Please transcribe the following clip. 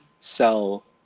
sell